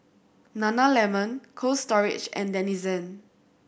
Nana Lemon Cold Storage and Denizen